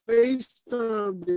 FaceTime